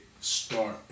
start